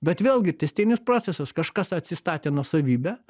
bet vėlgi tęstinis procesas kažkas atsistatė nuosavybę